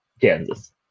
Kansas